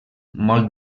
molt